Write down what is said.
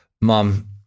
Mom